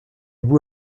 boue